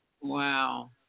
wow